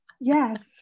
Yes